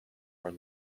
were